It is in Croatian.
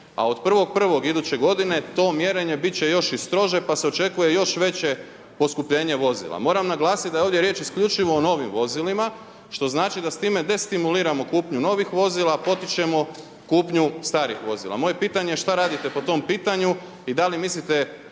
godine to mjerenje bit će još i strože pa se očekuje još veće poskupljenje vozila. Moram naglasiti da je ovdje riječ isključivo o novim vozilima što znači da s time destimuliramo kupnju novih vozila, potičemo kupnju starih vozila. Moje je pitanje šta radite po tom pitanju i šta mislite